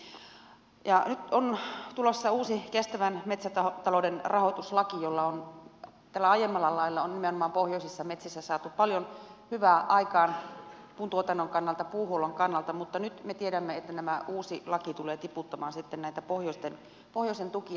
nyt on tulossa uusi kestävän metsätalouden rahoituslaki ja tällä aiemmalla lailla on nimenomaan pohjoisissa metsissä saatu paljon hyvää aikaan puuntuotannon kannalta puuhuollon kannalta mutta nyt me tiedämme että tämä uusi laki tulee tiputtamaan sitten näitä pohjoisen tukia